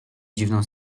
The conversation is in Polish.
dziwną